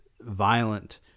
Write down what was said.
violent